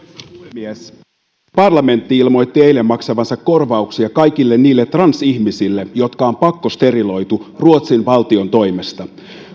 puhemies ruotsin parlamentti ilmoitti eilen maksavansa korvauksia kaikille niille transihmisille jotka on pakkosteriloitu ruotsin valtion toimesta